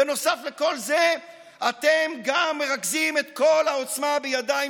בנוסף לכל זה אתם גם מרכזים את כל העוצמה בידיים